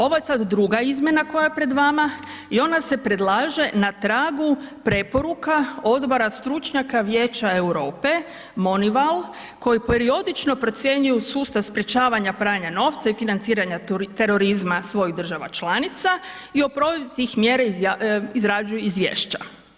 Ovo je sada druga izmjena koja je pred vama i ona se predlaže na tragu preporuka Odbora stručnjaka Vijeća Europe MONIVAL koji periodično procjenjuju sustav sprječavanja pranja novca i financiranje terorizma svih država članica i o provedbi tih mjera izrađuje izvješća.